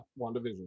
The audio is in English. WandaVision